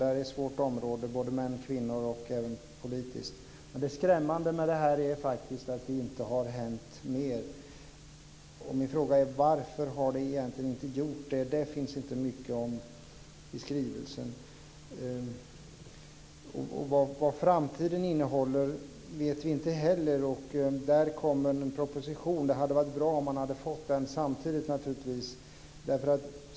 Det här är ett svårt område både när det gäller män och kvinnor och även politiskt. Det skrämmande är att det inte har hänt mer. Min fråga är: Varför har det inte gjort det? Det finns inte mycket om det i skrivelsen. Vad framtiden innehåller vet vi inte heller. Där kommer en proposition, men det hade naturligtvis varit bra om vi hade fått den samtidigt.